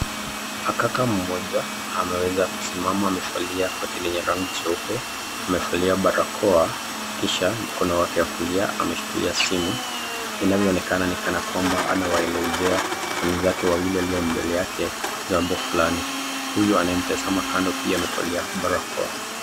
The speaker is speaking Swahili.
Hakaka mmoja ameweza kusimama amevalia koti yenye rangi jeupe, amavali barakoa kisha mkono wake wakulia ameshikilia simu, inavyoonekana ni kama kwamba anawaelezea wenzake wawili waliombele yake jambo fulani huyu anayemtazama kando pia amelivalia barakaoa.